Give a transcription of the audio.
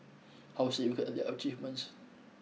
how significant are their achievements